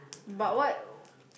but what